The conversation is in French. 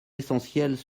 essentiels